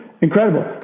incredible